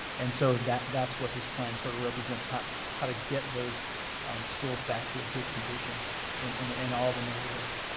and so that's what this plan sort of represents, how how to get those schools back to a good condition in in and all the neighborhoods.